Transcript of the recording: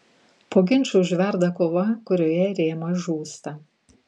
po ginčų užverda kova kurioje rėmas žūsta